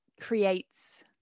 creates